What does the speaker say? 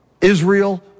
Israel